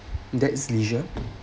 that’s leisure